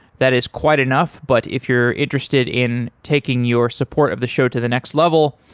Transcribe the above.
that is quite enough, but if you're interested in taking your support of the show to the next level,